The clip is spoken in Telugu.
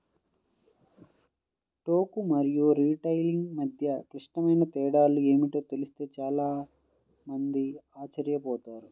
టోకు మరియు రిటైలింగ్ మధ్య క్లిష్టమైన తేడాలు ఏమిటో తెలిస్తే చాలా మంది ఆశ్చర్యపోతారు